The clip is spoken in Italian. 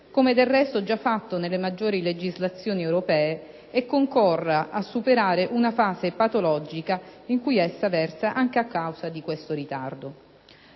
come del resto già fatto dalle maggiori legislazioni europee, e concorra a superare una fase patologica in cui essa versa anche a causa di questo ritardo.